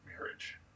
marriage